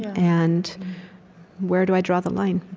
and where do i draw the line?